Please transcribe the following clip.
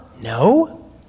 No